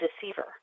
deceiver